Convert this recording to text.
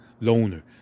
loner